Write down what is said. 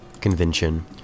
convention